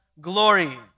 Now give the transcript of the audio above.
glory